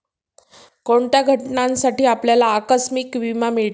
कोणत्या घटनांसाठी आपल्याला आकस्मिक विमा मिळतो?